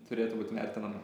turėtų būti vertinama